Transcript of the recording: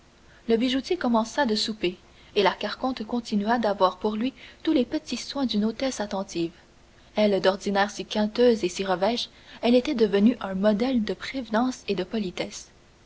le bijoutier commença de souper et la carconte continua d'avoir pour lui tous les petits soins d'une hôtesse attentive elle d'ordinaire si quinteuse et si revêche elle était devenue un modèle de prévenance et de politesse